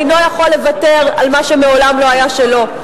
אינו יכול לוותר על מה שמעולם לא היה שלו.